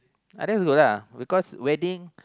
uh that's good lah because wedding